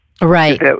right